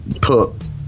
put